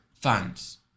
funds